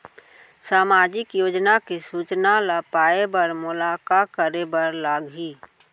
सामाजिक योजना के सूचना ल पाए बर मोला का करे बर लागही?